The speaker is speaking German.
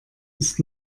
ist